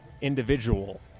individual